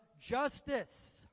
justice